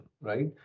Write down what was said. right